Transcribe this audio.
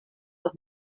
auch